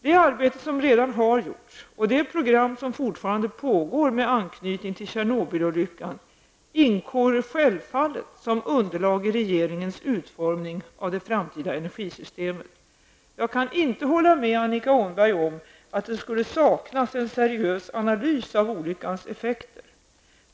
Det arbete som redan har gjorts och de program som fortfarande pågår med anknytning till Tjernobylolyckan ingår självfallet som underlag i regeringens utformning av det framtida energisystemet. Jag kan inte hålla med Annika Åhnberg om att det skulle saknas en seriös analys av olyckans effekter.